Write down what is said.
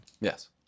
Yes